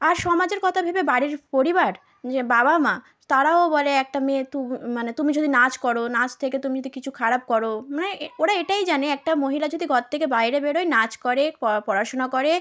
আর সমাজের কথা ভেবে বাড়ির পরিবার যে বাবা মা তারাও বলে একটা মেয়ে মানে তুমি যদি নাচ করো নাচ থেকে তুমি তো কিচু খারাপ করো মানে ওরা এটাই জানে একটা মহিলা যদি ঘর থেকে বাইরে বের হয় নাচ করে পড়াশোনা করে